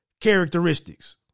characteristics